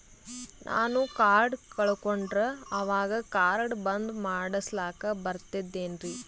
ನಾನು ಕಾರ್ಡ್ ಕಳಕೊಂಡರ ಅವಾಗ ಕಾರ್ಡ್ ಬಂದ್ ಮಾಡಸ್ಲಾಕ ಬರ್ತದೇನ್ರಿ?